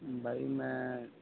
بھائی میں